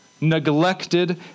neglected